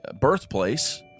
birthplace